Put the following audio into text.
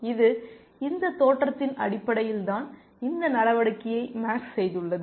இது இந்த தோற்றத்தின் அடிப்படையில் தான் இந்த நடவடிக்கையை மேக்ஸ் செய்துள்ளது